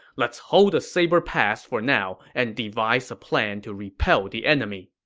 let's hold the saber pass for now and devise a plan to repel the enemy.